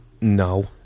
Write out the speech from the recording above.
No